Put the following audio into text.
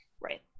Right